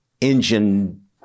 engine